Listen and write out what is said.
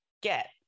get